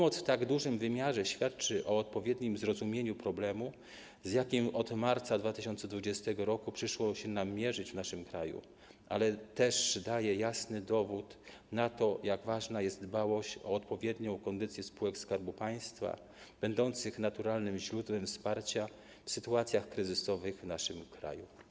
Pomoc w tak dużym wymiarze świadczy o odpowiednim zrozumieniu problemu, z jakim od marca 2020 r. przyszło się nam mierzyć, ale też daje jasny dowód na to, jak ważna jest dbałość o odpowiednią kondycję spółek Skarbu Państwa będących naturalnym źródłem wsparcia w sytuacjach kryzysowych w naszym kraju.